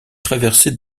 traversée